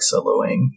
soloing